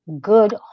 good